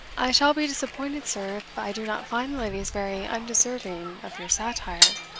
i shall be disappointed, sir, if i do not find the ladies very undeserving of your satire.